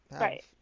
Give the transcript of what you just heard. Right